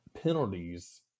penalties